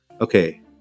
okay